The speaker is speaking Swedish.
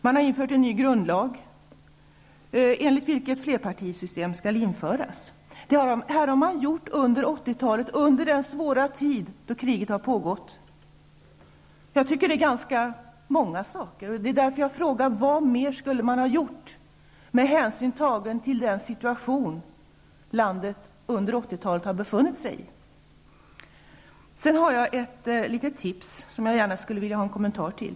Man har antagit en ny grundlag, enligt vilken flerpartisystem skall införas. Detta har man gjort under 80-talet, under den svåra tid då kriget har pågått. Jag tycker att detta är ganska många saker, och jag frågar därför: Vad mer skulle man ha gjort, med hänsyn tagen till den situation landet under 80-talet har befunnit sig i? Jag har också ett litet tips, som jag gärna skulle vilja ha en kommentar till.